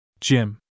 Jim